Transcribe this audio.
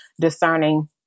discerning